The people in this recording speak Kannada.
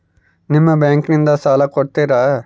ನಿಮ್ಮ ಬ್ಯಾಂಕಿನಿಂದ ಸಾಲ ಕೊಡ್ತೇರಾ?